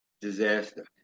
disaster